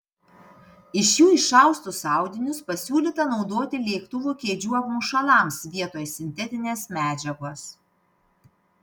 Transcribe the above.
iš jų išaustus audinius pasiūlyta naudoti lėktuvų kėdžių apmušalams vietoj sintetinės medžiagos